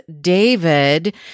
David